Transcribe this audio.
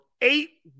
eight